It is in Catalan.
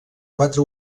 quatre